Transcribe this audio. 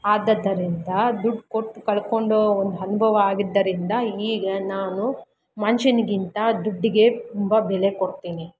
ಆದುದರಿಂದ ದುಡ್ಡು ಕೊಟ್ಟು ಕಳ್ಕೊಂಡು ಒಂದು ಅನ್ಭವ ಆಗಿದ್ದರಿಂದ ಈಗ ನಾನು ಮನ್ಷನ್ಗಿಂತ ದುಡ್ಡಿಗೆ ತುಂಬ ಬೆಲೆ ಕೊಡ್ತೀನಿ